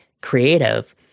creative